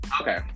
Okay